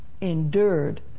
Endured